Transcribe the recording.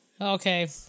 Okay